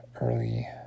early